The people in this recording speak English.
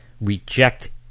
reject